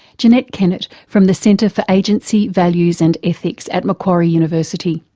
jeanette kennett from the centre for agency, values and ethics at macquarie university.